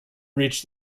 reach